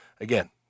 Again